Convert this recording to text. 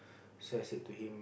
so I said to him